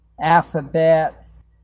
alphabets